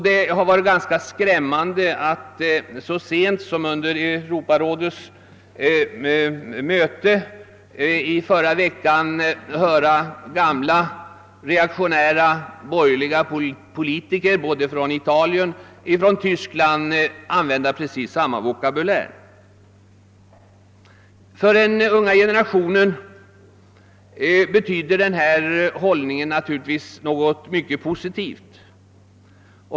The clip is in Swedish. Det har framstått som ganska skrämmande att man så sent som under Europarådets möte i förra veckan fått höra gamla reaktionära borgerliga politiker både från Italien och från Tyskland använda precis samma vokabulär. För den unga generationen betyder denna nya hållning naturligtvis något mycket positivt.